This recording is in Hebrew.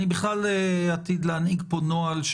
אני בכלל עתיד להנהיג פה נוהל,